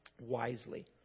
wisely